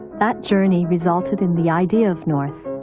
that journey resulted in the idea of north,